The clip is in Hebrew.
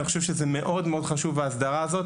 אני חושב שהאסדרה הזו מאוד חשובה,